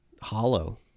hollow